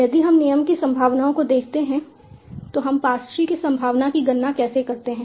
यदि हम नियम की संभावनाओं को देखते हैं तो हम पार्स ट्री की संभावना की गणना कैसे करते हैं